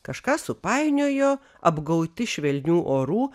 kažką supainiojo apgauti švelnių orų